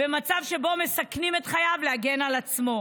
ובמצב שבו מסכנים את חייו, להגן על עצמו.